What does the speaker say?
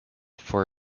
for